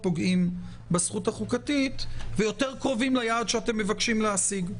פוגעים בזכות החוקתית ויותר קרובים ליעד שאתם מבקשים להשיג.